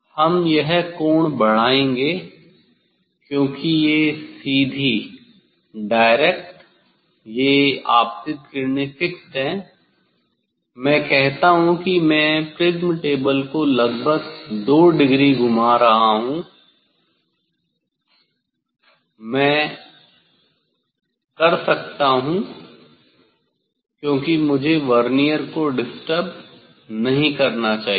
हम यह कोण बढ़ाएंगे क्योंकि ये सीधी डायरेक्ट ये आपतित किरणें फिक्स्ड है मैं कहता हूं कि मैं प्रिज्म टेबल को लगभग 2 डिग्री घुमा रहा हूं मैं कर सकता हूं क्योंकि मुझे वर्नियर को डिस्टर्ब नहीं करना चाहिए